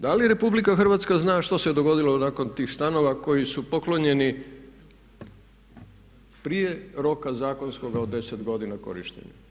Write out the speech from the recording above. Da li RH zna što se dogodilo nakon tih stanova koji su poklonjeni prije roka zakonskoga od 10 godina korištenja.